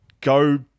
go